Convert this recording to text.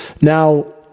now